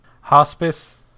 Hospice